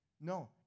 No